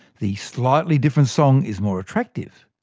the slightly different song is more attractive,